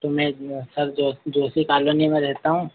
तो मैं हर ज जैसे कॉलोनी में रहता हूँ